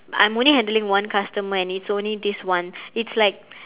I'm only handling one customer and it's only this one it's like